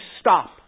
stop